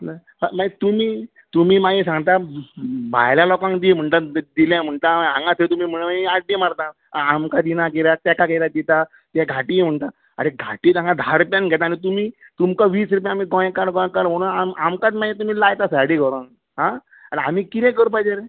तुमी तुमी मागीर सांगता भायल्या लोकांक दी म्हणटात दिले म्हणटा हांगा तुमी आड्ड्यो मारता आमकां दिना कित्याक ताका कित्याक दिता ते घांटी म्हणटात आरे घांटी तांकां धा रुप्यान घेता आनी तुमकां वीस रुप्या आमी गोंयकार गोंयकार म्हणून आमकांच मागीर तुमी लायता सायडीक व्हरून आमी कितें करपाचें रे